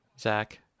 Zach